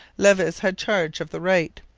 levis had charge of the right,